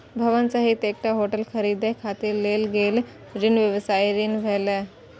भवन सहित एकटा होटल खरीदै खातिर लेल गेल ऋण व्यवसायी ऋण भेलै